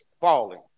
Falling